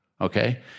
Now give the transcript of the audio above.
okay